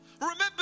Remember